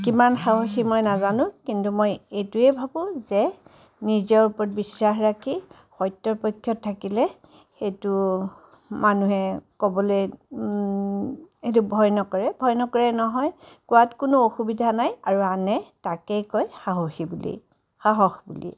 কিমান সাহসী মই নাজানোঁ কিন্তু মই এইটোৱে ভাবোঁ যে নিজৰ ওপৰত বিশ্বাস ৰাখি সত্য পক্ষত থাকিলে সেইটো মানুহে ক'বলৈ সেইটো ভয় নকৰে ভয় নকৰে নহয় কোৱাত কোনো অসুবিধা নাই আৰু আনে তাকেই কয় সাহসী বুলি সাহস বুলি